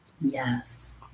Yes